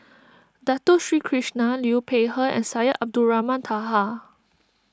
Dato Sri Krishna Liu Peihe and Syed Abdulrahman Taha